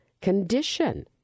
condition